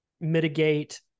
mitigate